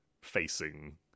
facing